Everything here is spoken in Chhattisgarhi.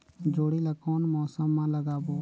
जोणी ला कोन मौसम मा लगाबो?